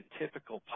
typical